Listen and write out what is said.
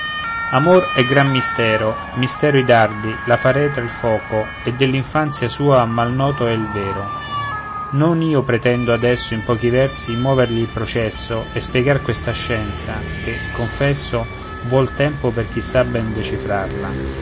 è un gran mistero mistero i dardi la faretra il foco e dell'infanzia sua mal noto è il vero non io pretendo adesso in pochi versi movergli il processo e spiegar questa scienza che confesso vuol tempo per chi sa ben decifrarla